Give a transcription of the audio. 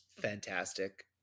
fantastic